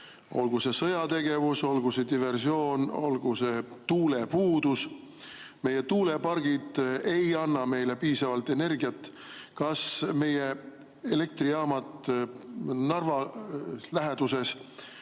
olgu see sõjategevus, olgu see diversioon, olgu see tuulepuudus – meie tuulepargid ei anna meile piisavalt energiat, siis kas meie elektrijaamad Narva läheduses